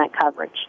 coverage